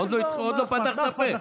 הוא עוד לא פתח את הפה.